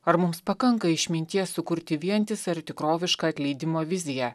ar mums pakanka išminties sukurti vientisą ir tikrovišką atleidimo viziją